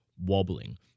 wobbling